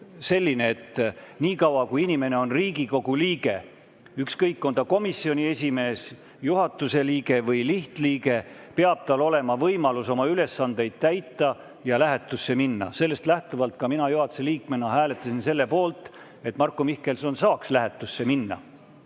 selline, et nii kaua, kui inimene on Riigikogu liige, ükskõik, on ta komisjoni esimees, juhatuse liige või lihtliige, peab tal olema võimalus oma ülesandeid täita ja lähetusse minna. Sellest lähtuvalt mina juhatuse liikmena hääletasin selle poolt, et Marko Mihkelson saaks lähetusse minna.